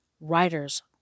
writer's